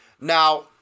now